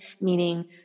meaning